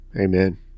Amen